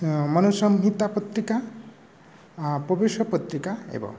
मनु संहिता पत्रिका प्रवेशपत्रिका एवम्